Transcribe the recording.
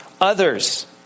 others